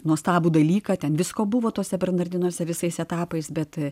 nuostabų dalyką ten visko buvo tuose bernardinuose visais etapais bet